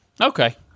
Okay